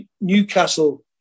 Newcastle